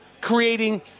creating